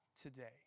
today